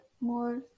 more